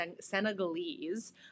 Senegalese